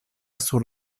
sur